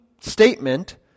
statement